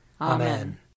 Amen